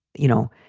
you know,